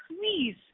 please